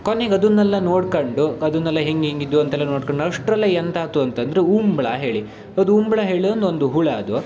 ಕೊನೆಗೆ ಅದನ್ನೆಲ್ಲ ನೋಡ್ಕೊಂಡು ಅದನ್ನೆಲ್ಲ ಹೆಂಗೆ ಹೇಗಿದ್ದು ಅಂತೆಲ್ಲ ನೋಡ್ಕಂಡು ಅಷ್ಟರಲ್ಲೆ ಎಂತಾಯ್ತು ಅಂತಂದ್ರೆ ಉಂಬಳ ಹೇಳಿ ಅದು ಉಂಬಳ ಹೇಳಿ ಒಂದು ಒಂದು ಹುಳು ಅದು